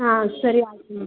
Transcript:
ಹಾಂ ಸರಿ ಆಯ್ತು ಮೇಡಮ್